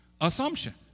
assumption